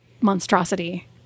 monstrosity